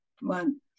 one